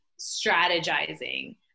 strategizing